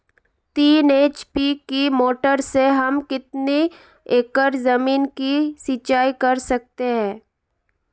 तीन एच.पी की मोटर से हम कितनी एकड़ ज़मीन की सिंचाई कर सकते हैं?